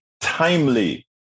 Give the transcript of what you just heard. timely